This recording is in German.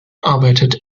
arbeitet